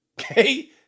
okay